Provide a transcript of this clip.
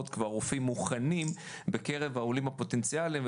כבר רופאים מוכנים בקרב העולים הפוטנציאליים,